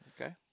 Okay